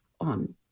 on